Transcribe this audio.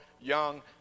young